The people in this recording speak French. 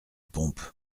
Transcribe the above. pompe